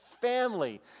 family